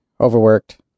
overworked